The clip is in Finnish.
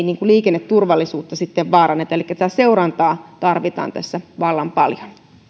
liikenneturvallisuutta sitten vaaranneta elikkä tätä seurantaa tarvitaan tässä vallan paljon